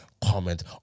comment